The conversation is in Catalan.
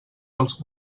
dels